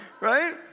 Right